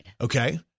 Okay